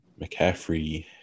McCaffrey